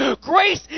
grace